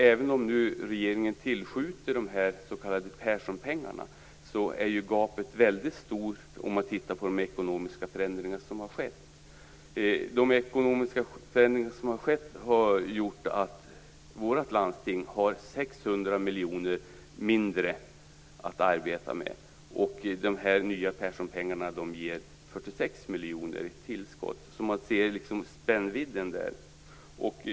Även om regeringen tillskjuter de s.k. Perssonpengarna är gapet väldigt stort till de ekonomiska förändringar som har skett. De förändringarna har gjort att vårt landsting har 600 miljoner mindre att arbeta med. De nya Perssonpengarna ger 46 miljoner i tillskott. Man ser spännvidden där.